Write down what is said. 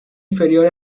inferior